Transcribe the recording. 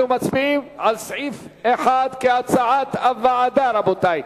אנחנו מצביעים על סעיף 1 כהצעת הוועדה, רבותי.